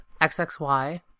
XXY